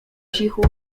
cichu